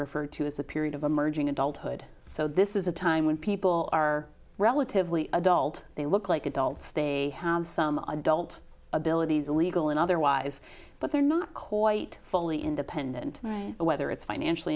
referred to as a period of emerging adulthood so this is a time when people are relatively adult they look like adults they have some adult abilities illegal and otherwise but they're not quite fully independent whether it's financially